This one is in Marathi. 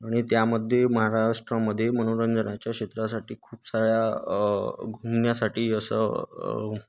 आणि त्यामध्ये महाराष्ट्रामध्ये मनोरंजनाच्या क्षेत्रासाठी खूप साऱ्या घुमण्यासाठी असं